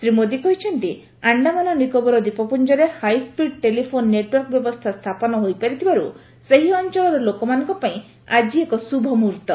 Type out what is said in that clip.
ଶ୍ରୀ ମୋଦୀ କହିଛନ୍ତି ଆଣ୍ଡାମାନ ନିକୋବର ଦ୍ୱୀପପୁଞ୍ଜରେ high speed telephone network ବ୍ୟବସ୍ଥା ସ୍ଥାପନ ହୋଇପାରିଥିବାରୁ ସେହି ଅଞ୍ଚଳର ଲୋକମାନଙ୍କ ପାଇଁ ଆଜି ଏକ ଶୁଭମୁହୂର୍ତ୍ତ